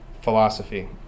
philosophy